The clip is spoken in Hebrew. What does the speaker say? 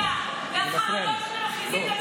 מספיק כבר עם הפחדים והחרדות שאתם מכניסים לציבור,